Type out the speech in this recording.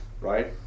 right